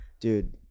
dude